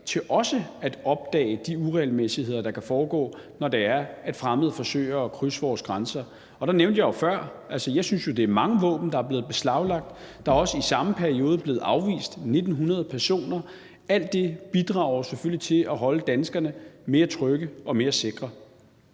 til også at opdage de uregelmæssigheder, der kan foregå, når det er, at fremmede forsøger at krydse vores grænser. Der nævnte jeg jo før, at jeg synes, det er mange våben, der er blevet beslaglagt. Der er også i samme periode blevet afvist 1.900 personer. Alt det bidrager selvfølgelig til at holde danskerne mere trygge og mere sikre.